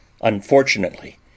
Unfortunately